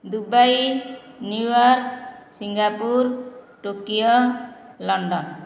Dubai New York Singapore Tokyo London